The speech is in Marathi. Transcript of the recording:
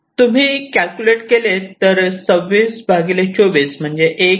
तुम्ही कॅल्क्युलेट केले तर 26 24 म्हणजे 1